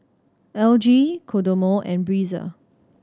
L G Kodomo and Breezer